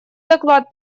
доклад